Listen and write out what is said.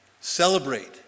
celebrate